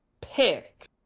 pick